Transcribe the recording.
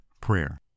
prayer